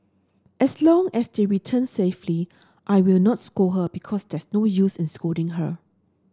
as long as they return safely I will not scold her because there's no use in scolding her